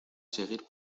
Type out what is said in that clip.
seguir